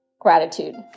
gratitude